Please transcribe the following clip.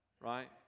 right